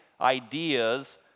ideas